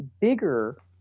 bigger